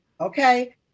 okay